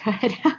good